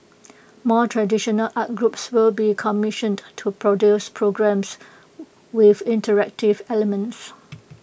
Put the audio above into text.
more traditional art groups will be commissioned to produce programmes with interactive elements